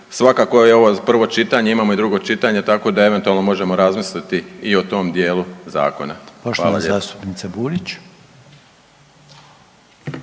svakako je ovo prvo čitanje, imamo i drugo čitanje, tako da eventualno možemo razmisliti i o tom dijelu zakona.